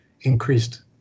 increased